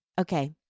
Okay